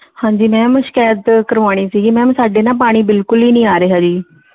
ਹਾਂਜੀ ਮੈਮ ਸ਼ਿਕਾਇਤ ਕਰਵਾਉਣੀ ਸੀ ਮੈਮ ਸਾਡੇ ਨਾ ਪਾਣੀ ਬਿਲਕੁਲ ਹੀ ਨਹੀਂ ਆ ਰਿਹਾ ਜੀ